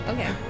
Okay